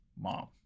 mom